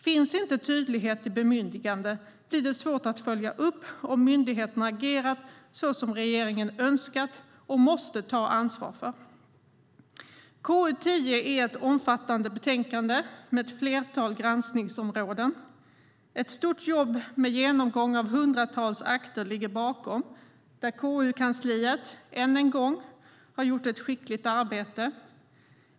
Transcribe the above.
Finns inte tydlighet i bemyndiganden blir det svårt att följa upp om myndigheterna agerat såsom regeringen önskat och måste ta ansvar för. Ett stort jobb med genomgång av hundratals akter ligger bakom detta, där KU-kansliet än en gång gjort ett skickligt arbete.